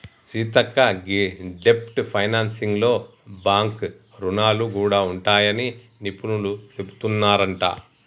సీతక్క గీ డెబ్ట్ ఫైనాన్సింగ్ లో బాంక్ రుణాలు గూడా ఉంటాయని నిపుణులు సెబుతున్నారంట